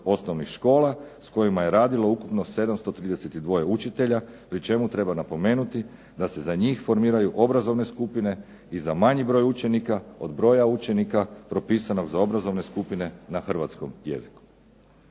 osnovnih škola s kojima je radilo ukupno 732 učitelja pri čemu treba napomenuti da se za njih formiraju obrazovne skupine i za manji broj učenika od broja učenika propisanog za obrazovne skupine na hrvatskom jeziku.